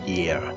Year